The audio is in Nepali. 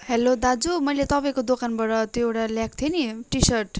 हेलो दाजु मैले तपाईँको दोकानबाट त्यो एउटा ल्याएको थिएँ नि टि सर्ट